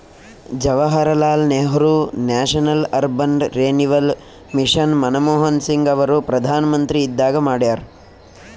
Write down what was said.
Jawaharlal Nehru National Urban Renewal Mission Manmohan Singh ಅವರು ಪ್ರಧಾನ್ಮಂತ್ರಿ ಇದ್ದಾಗ ಮಾಡ್ಯಾರ್